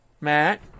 Matt